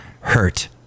hurt